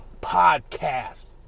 Podcast